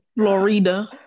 Florida